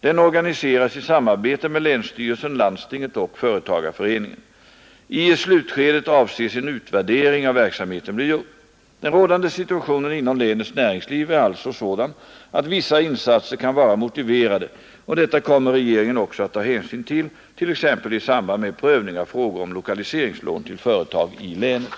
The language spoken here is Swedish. Den organiseras i samarbete med länsstyrelsen, landstinget och företagarföreningen. I slutskedet avses en utvärdering av verksamheten bli gjord. Den rådande situationen inom länets näringsliv är alltså sådan att vissa insatser kan vara motiverade, och detta kommer regeringen också att ta hänsyn till t.ex. i samband med prövning av frågor om lokaliseringslån till företag i länet.